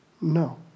No